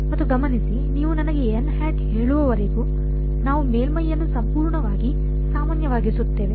ಮತ್ತು ಗಮನಿಸಿ ನೀವು ನನಗೆ ಹೇಳುವವರೆಗೂ ನಾವು ಮೇಲ್ಮೈಯನ್ನು ಸಂಪೂರ್ಣವಾಗಿ ಸಾಮಾನ್ಯವಾಗಿಸುತ್ತೇವೆ